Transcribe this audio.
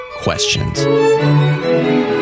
questions